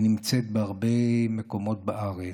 היא נמצאת בהרבה מקומות בארץ,